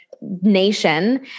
nation